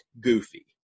goofy